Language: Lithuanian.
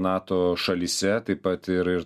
nato šalyse taip pat ir ir